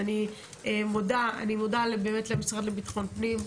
אני מודה למשרד לביטחון פנים.